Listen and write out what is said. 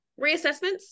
Reassessments